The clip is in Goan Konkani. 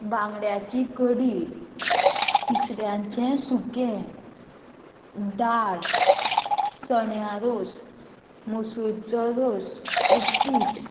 बांगड्याची कडी तिसऱ्यांचें सुकें दाळ चण्या रोस मसूचो रोस उपीट